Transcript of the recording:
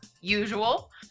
usual